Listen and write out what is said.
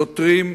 שוטרים,